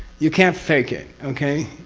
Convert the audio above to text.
you can't fake it. okay?